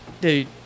dude